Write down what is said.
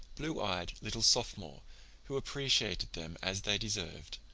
blue-eyed, little sophomore who appreciated them as they deserved,